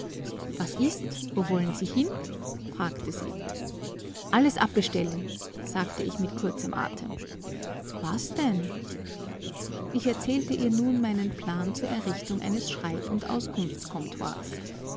was ist wo wollen sie hin fragte sie alles abbestellen sagte ich mit kurzem atem was denn ich erzählte ihr nun meinen plan zur errichtung eines schreib und